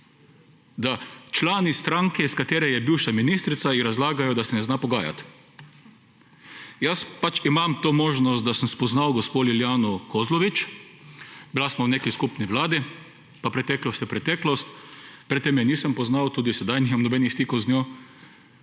da člani stranke iz katere je bivša ministrica ji razlagajo, da se ne zna pogajati. Jaz pač imam to možnost, da sem spoznal Lilijano Kozlovič. Bila sva v neki skupni vladi, pa preteklost je preteklost. Pred tem je nisem poznal, tudi sedaj nimam nobenih stikov z njo.